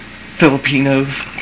Filipinos